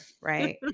right